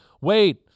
wait